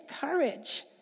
courage